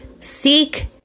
seek